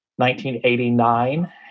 1989